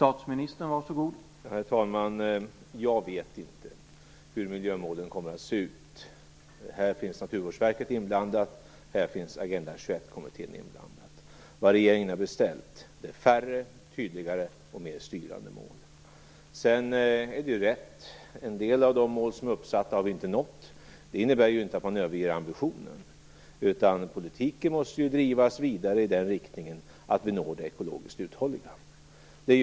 Herr talman! Jag vet inte hur miljömålen kommer att se ut. Här finns Naturvårdsverket och Agenda 21 kommittén inblandade. Vad regeringen har beställt är färre, tydligare och mer styrande mål. Det är riktigt att vi inte har nått en del av de uppsatta målen. Det innebär ju inte att vi överger ambitionen. Politiken måste drivas vidare i sådan riktning att vi når det ekologiskt uthålliga samhället.